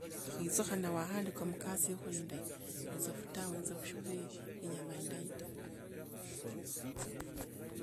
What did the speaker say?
Okhitsukhana wahardika mukasi ya khulinda inzofu tawe, inzofu shuve inyama indayi ta.